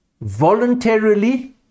voluntarily